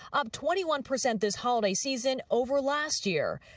up twenty one percent this holiday season over last year.